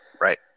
Right